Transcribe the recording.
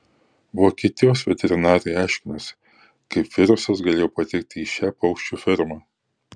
vokietijos veterinarai aiškinasi kaip virusas galėjo patekti į šią paukščių fermą